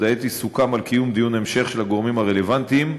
האתי סוכם על קיום דיון המשך של הגורמים הרלוונטיים,